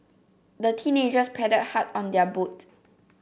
the teenagers paddled hard on their boat